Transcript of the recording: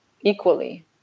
equally